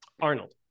arnold